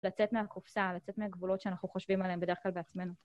לצאת מהקופסה, לצאת מהגבולות שאנחנו חושבים עליהן בדרך כלל בעצמינו.